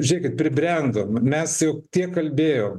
žiūrėkit pribrendom mes su tiek kalbėjom